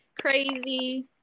crazy